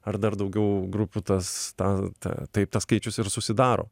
ar dar daugiau grupių tas tą ta taip tas skaičius ir susidaro